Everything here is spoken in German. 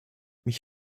ich